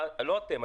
לא אתם,